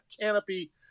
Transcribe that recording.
canopy